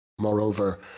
Moreover